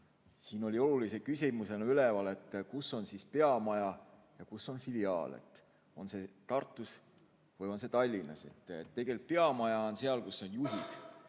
Siin oli olulise küsimusena üleval, kus on siis peamaja ja kus on filiaal, on see Tartus või on see Tallinnas. Tegelikult peamaja on seal, kus on juhid.